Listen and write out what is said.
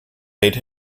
made